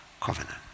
Covenant